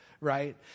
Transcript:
right